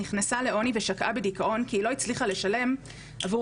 נכנסה לעוני ושקעה בדיכאון כי היא לא הצליחה לשלם עבור